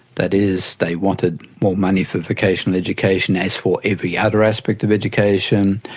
that is, they wanted more money for vocational education, as for every other aspect of education.